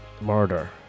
murder